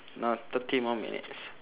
now thirty more minutes